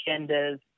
agendas